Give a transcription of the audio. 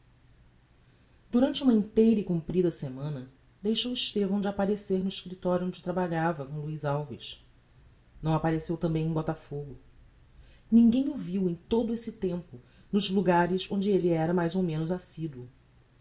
durante uma inteira e comprida semana deixou estevão de apparecer no escriptorio onde trabalhava com luiz alves não appareceu tambem em botafogo ninguem o viu em todo esse tempo nos logares onde elle era mais ou menos assiduo